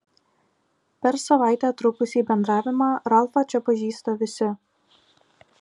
per savaitę trukusį bendravimą ralfą čia pažįsta visi